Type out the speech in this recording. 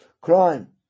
crime